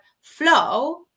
flow